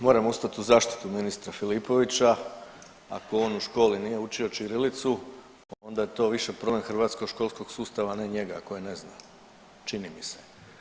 Moram ustat u zaštitu ministra Filipovića, ako on u školi nije učio ćirilicu onda je to više problem hrvatskog školskog sustava, a ne njega koji ne zna, čini mi se.